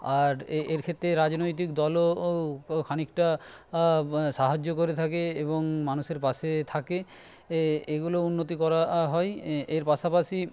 আর এর ক্ষেত্তে রাজনৈতিক দলও খানিকটা সাহায্য করে থাকে এবং মানুষের পাশে থাকে এগুলো উন্নতি করা হয় এর পাশাপাশি